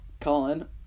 colin